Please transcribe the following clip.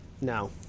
No